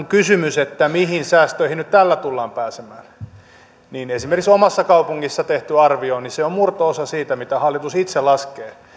kysymys mihin säästöihin tällä nyt tullaan pääsemään esimerkiksi omassa kaupungissani tehty arvio on murto osa siitä mitä hallitus itse laskee